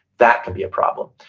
that can be a problem.